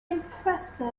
impressive